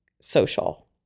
social